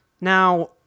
Now